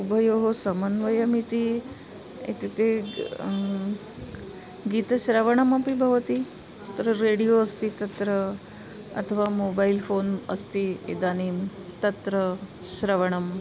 उभयोः समन्वयः इति इत्युक्ते गीतश्रवणमपि भवति तत्र रेडियो अस्ति तत्र अथवा मोबैल् फ़ोन् अस्ति इदानीं तत्र श्रवणं